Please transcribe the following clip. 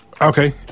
Okay